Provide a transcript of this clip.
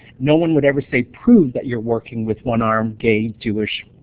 no one would ever say, prove that you're working with one-arm, gay, jewish,